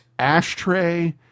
ashtray